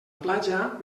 platja